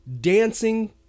dancing